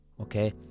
okay